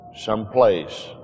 someplace